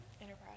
Enterprise